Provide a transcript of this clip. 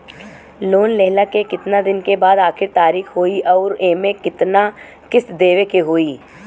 Loan लेहला के कितना दिन के बाद आखिर तारीख होई अउर एमे कितना किस्त देवे के होई?